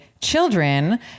children